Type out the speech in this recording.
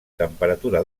temperatura